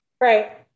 Right